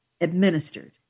administered